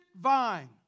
vine